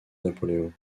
napoléon